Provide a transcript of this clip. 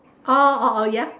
orh orh orh ya